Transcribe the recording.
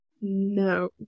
No